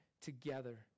together